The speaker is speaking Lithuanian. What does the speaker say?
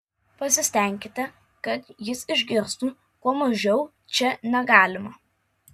pasistenkite kad jis išgirstų kuo mažiau čia negalima